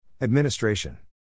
Administration